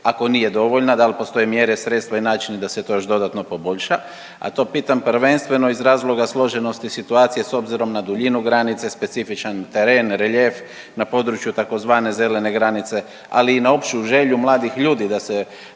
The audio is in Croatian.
Ako nije dovoljna, dal postoje mjere, sredstva i načini da se to još dodatno poboljša? A to pitam prvenstveno iz razloga složenosti situacije s obzirom na duljinu granice, specifičan teren, reljef na području tzv. zelene granice, ali i na opću želju mladih ljudi da se,